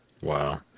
Wow